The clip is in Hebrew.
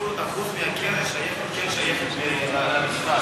50% מהקרן כן שייכים למשרד,